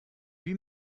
lui